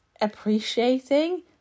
appreciating